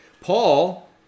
Paul